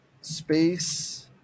space